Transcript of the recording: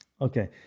okay